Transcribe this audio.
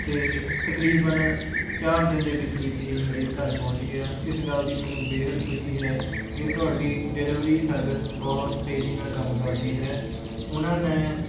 ਅਤੇ ਤਕਰੀਬਨ ਚਾਰ ਦਿਨ ਦੇ ਵਿੱਚ ਵਿੱਚ ਹੀ ਮੇਰੇ ਘਰ ਪਹੁੰਚ ਗਿਆ ਇਸ ਗੱਲ ਦੀ ਮੈਨੂੰ ਬੇਹੱਦ ਖੁਸ਼ੀ ਹੈ ਕਿ ਤੁਹਾਡੀ ਡਿਲੀਵਰੀ ਸਰਵਿਸ ਬਹੁਤ ਤੇਜ਼ੀ ਨਾਲ ਕੰਮ ਕਰਦੀ ਹੈ ਉਨ੍ਹਾਂ ਨੇ